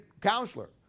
counselor